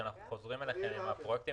שאנחנו חוזרים אליכם עם הפרויקטים